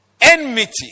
enmity